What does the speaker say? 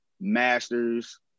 master's